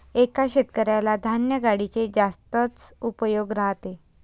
एका शेतकऱ्याला धान्य गाडीचे जास्तच उपयोग राहते